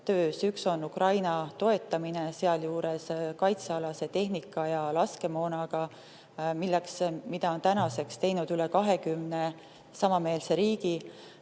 Üks on Ukraina toetamine, sealjuures kaitsealase tehnika ja laskemoonaga. Seda on tänaseks teinud üle 20 samameelse riigi.